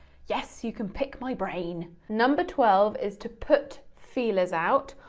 yes, you can pick my brain. number twelve is, to put feelers out,